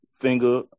finger